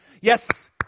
yes